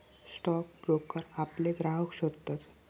stock broker आपले ग्राहक शोधतत